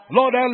Lord